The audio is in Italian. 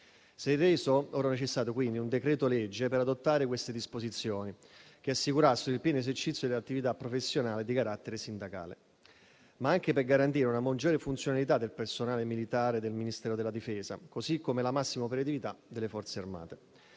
Si è quindi reso necessario un decreto-legge per adottare disposizioni che assicurassero il pieno esercizio delle attività professionali di carattere sindacale, ma anche per garantire una maggiore funzionalità del personale militare del Ministero della difesa, così come la massima operatività delle Forze armate.